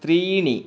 त्रीणि